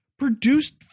Produced